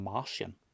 Martian